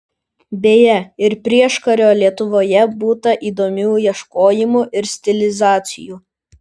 beje ir prieškario lietuvoje būta įdomių ieškojimų ir stilizacijų